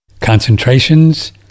concentrations